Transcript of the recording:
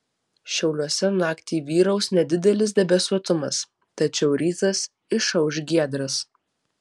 šiauliuose naktį vyraus nedidelis debesuotumas tačiau rytas išauš giedras